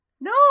no